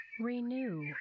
Renew